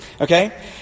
okay